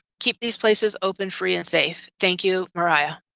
keep these places open, free and safe. thank you, mariah.